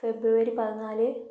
ഫെബ്രുവരി പതിനാല്